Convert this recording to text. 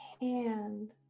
hand